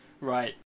Right